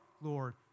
Lord